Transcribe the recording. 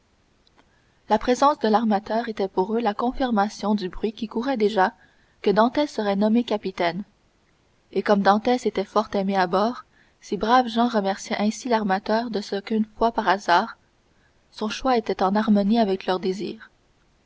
la présence de l'armateur était pour eux la confirmation du bruit qui courait déjà que dantès serait nommé capitaine et comme dantès était fort aimé à bord ces braves gens remerciaient ainsi l'armateur de ce qu'une fois par hasard son choix était en harmonie avec leurs désirs